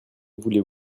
voulez